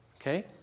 Okay